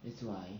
that's why